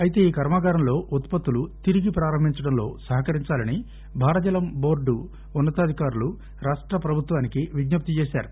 అయితే ఈ కర్మాగారంలో ఉత్పత్తులు తిరిగి ప్రారంభించడంలో సహకరించాలని భారజల బోర్డు ఉన్నతాధికారులు రాష్ట ప్రభుత్వానికి విజ్ఞప్తి చేశారు